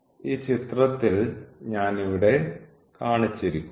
ഈ ചിത്രത്തിൽ ഞാൻ ഇവിടെ കാണിച്ചിരിക്കുന്നു